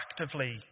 actively